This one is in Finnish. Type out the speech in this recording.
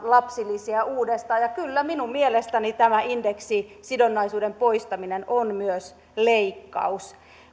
lapsilisiä uudestaan ja kyllä minun mielestäni tämä indeksisidonnaisuuden poistaminen on myös leikkaus